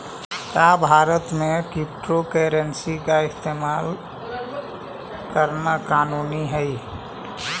का भारत में क्रिप्टोकरेंसी के इस्तेमाल करना कानूनी हई?